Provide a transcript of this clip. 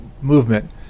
movement